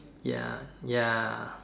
ya ya